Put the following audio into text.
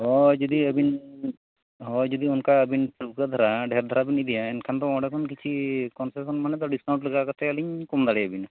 ᱦᱚᱭ ᱡᱚᱫᱤ ᱟᱹᱵᱤᱱ ᱦᱚᱭ ᱡᱩᱫᱤ ᱟᱵᱤᱱ ᱚᱱᱠᱟ ᱴᱷᱟᱹᱣᱠᱟᱹ ᱫᱷᱟᱨᱟ ᱰᱷᱮᱨ ᱫᱷᱟᱨᱟᱵᱤᱱ ᱤᱫᱤᱭᱟ ᱮᱱᱠᱷᱟᱱᱫᱚ ᱚᱸᱰᱮ ᱠᱷᱚᱱ ᱠᱤᱪᱷᱤ ᱠᱚᱢ ᱥᱮ ᱠᱚᱢ ᱢᱟᱱᱮᱫᱚ ᱰᱤᱥᱠᱟᱣᱩᱱᱴ ᱠᱟᱛᱮᱫᱞᱤᱧ ᱠᱚᱢ ᱫᱟᱲᱮᱭᱟᱵᱤᱱᱟ